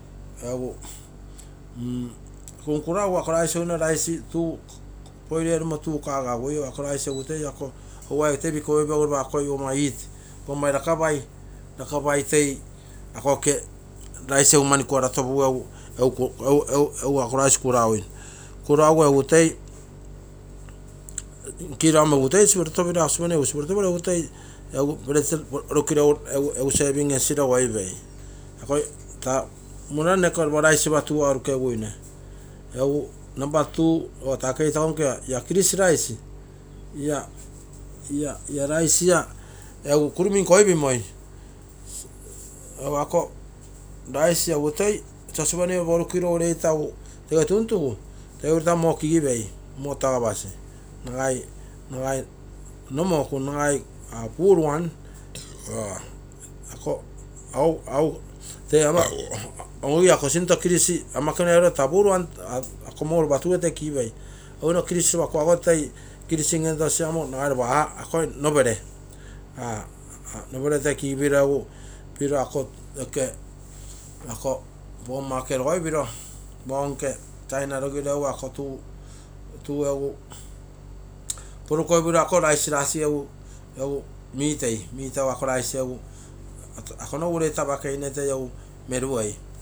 Egu kurkuraugu nagai tuu kagagugu egu toi oguai pikiopoipei lakapei toi ako rice egu mam kurapotopugu egu ako rice kuraui, kuraugu egu toi serving esiro oipei, ako taa munare noke. Namba two grease rice, rice sauspan gere toi porukiro urei taa moo kigipei nagai nomoku, nagai full one ako moo kigipiro toi egu kuruminkei. Ikou rice rasige iko taina toi miitei.